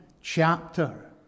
chapter